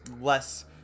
less